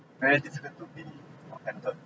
very difficult to be authen~